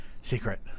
Secret